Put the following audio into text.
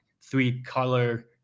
three-color